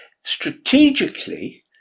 strategically